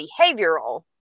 behavioral